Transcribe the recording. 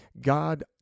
God